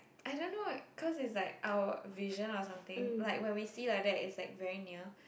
I don't know cause it's like our vision or something like when we see like that is like very near